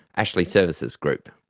ashley services group.